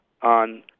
on